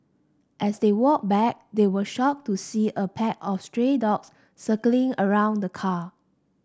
as they walked back they were shocked to see a pack of stray dogs circling around the car